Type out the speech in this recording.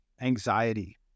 anxiety